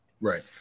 Right